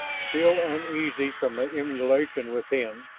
still uneasy from the emanation within,